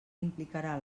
implicarà